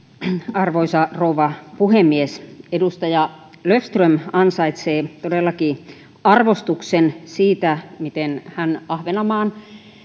arvoisa rouva puhemies edustaja löfström ansaitsee todellakin arvostuksen siitä miten hän ahvenanmaan